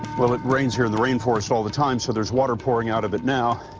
well it rains here in the rainforest all the time, so there's water pouring out of it now.